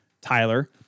Tyler